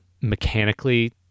mechanically